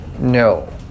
No